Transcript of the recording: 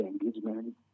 engagement